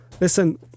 Listen